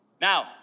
Now